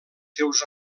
seus